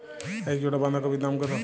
এক জোড়া বাঁধাকপির দাম কত?